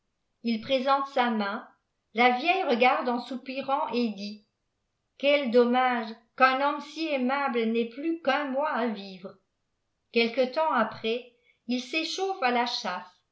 il présente sa main la vieille regarde en soupirant et dit quel dommage qu'un homme si aimable n'ait pluqu'un mois à vivre quelque temp après il s'échauffe à la chasse